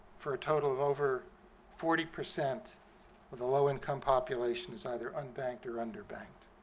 for a total of over forty percent of the low-income populations either unbanked or underbanked.